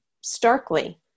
starkly